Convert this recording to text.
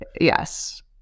Yes